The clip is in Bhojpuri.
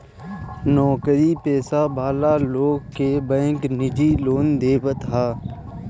नोकरी पेशा वाला लोग के बैंक निजी लोन देवत हअ